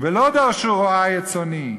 ולא דרשו רעי את צאני וירעו,